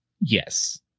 yes